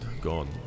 gone